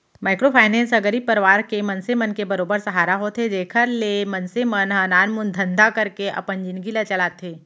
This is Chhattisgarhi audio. माइक्रो फायनेंस ह गरीब परवार के मनसे मन के बरोबर सहारा होथे जेखर ले मनसे मन ह नानमुन धंधा करके अपन जिनगी ल चलाथे